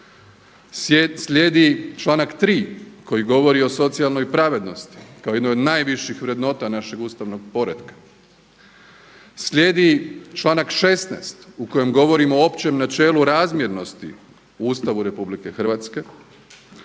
Slijedi članak 3. koji govori o socijalnoj pravednosti kao jednoj od najviših vrednota našeg ustavnog poretka. Slijedi članak 16. u kojem govorimo o općem načelu razmjernosti u Ustavu RH gdje se